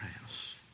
house